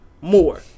more